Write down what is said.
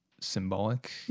symbolic